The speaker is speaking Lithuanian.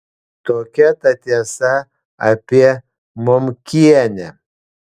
tokia ta tiesa apie momkienę